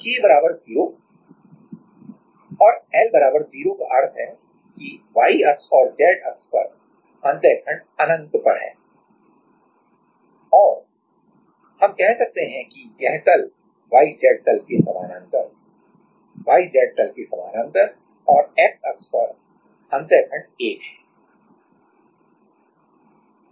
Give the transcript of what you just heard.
तो k बराबर 0 और l बराबर 0 का अर्थ है कि y अक्ष और z अक्ष पर अंतःखंड अनंत पर हैं या हम कह सकते हैं कि यह तल y z तल के समांतर y z तल के समांतर और x अक्ष पर अंतःखंड 1 है